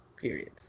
periods